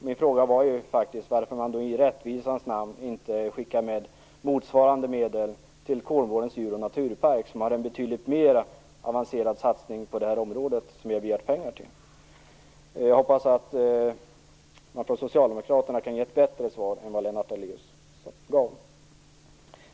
Min fråga var varför man då i rättvisans namn inte skickade med motsvarande medel till Kolmårdens djur och naturpark, som har en betydligt mer avancerad satsning på detta område och som vi har begärt pengar till. Jag hoppas att Socialdemokraterna kan ge ett bättre svar än vad Lennart Daléus gav.